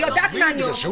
אני יודעת מה אני שואלת.